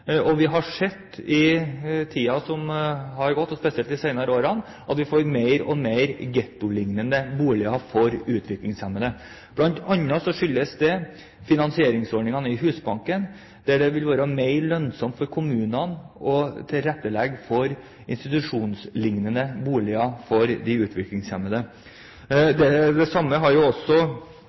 Vi har sett i tiden som har gått, spesielt i de senere årene, at vi får mer og mer gettolignende boliger for utviklingshemmede. Blant annet skyldes det finansieringsordningene i Husbanken, at det er mer lønnsomt for kommunene å tilrettelegge for institusjonslignende boliger for de utviklingshemmede. Det samme har også